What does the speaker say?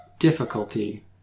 Difficulty